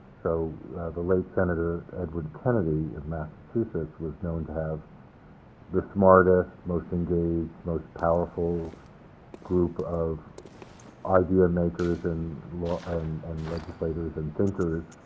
so the late senator edward kennedy of massachusetts was known to have the smartest, most engaged, most powerful group of idea-makers and and and legislators and thinkers.